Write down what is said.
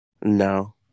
No